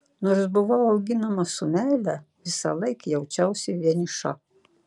nors buvau auginama su meile visąlaik jaučiausi vieniša